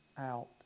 out